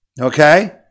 okay